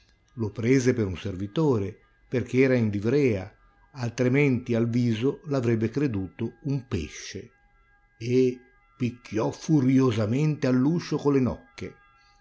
lo prese per un servitore perchè era in livrea altrimenti al viso l'avrebbe creduto un pesce e picchiò furiosamente all'uscio colle nocche